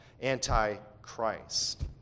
anti-Christ